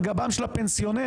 על גבם של הפנסיונרים,